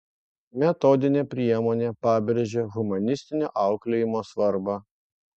metodinė priemonė pabrėžia humanistinio auklėjimo svarbą